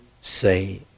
say